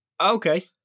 Okay